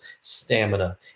stamina